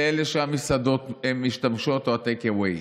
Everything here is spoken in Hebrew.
לאלה שהמסעדות או משתמשות או הטייק אווי,